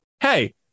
Hey